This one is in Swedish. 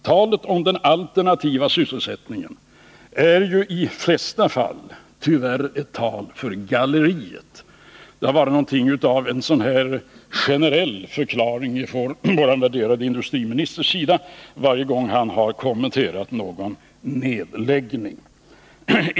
Talet om den alternativa sysselsättningen är i de flesta fall ett tal för galleriet, och det har varit något av en generell förklaring från vår värderade industriministers sida varje gång han har kommenterat någon nedläggning.